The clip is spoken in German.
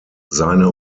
seine